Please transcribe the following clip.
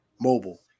Mobile